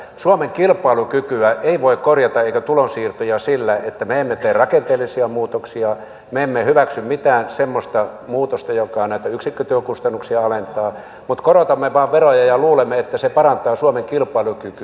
suomen kilpailukykyä tai tulonsiirtoja ei voi korjata sillä että me emme tee rakenteellisia muutoksia me emme hyväksy mitään semmoista muutosta joka näitä yksikkötyökustannuksia alentaa mutta korotamme vain veroja ja luulemme että se parantaa suomen kilpailukykyä